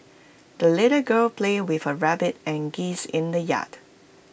the little girl played with her rabbit and geese in the yard